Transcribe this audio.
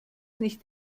nicht